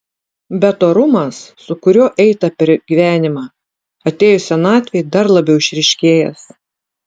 bet orumas su kuriuo eita per gyvenimą atėjus senatvei dar labiau išryškėjęs